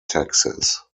taxes